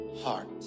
heart